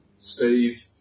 Steve